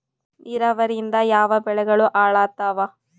ನಿರಾವರಿಯಿಂದ ಯಾವ ಬೆಳೆಗಳು ಹಾಳಾತ್ತಾವ?